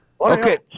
Okay